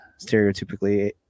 stereotypically